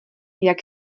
jak